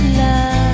love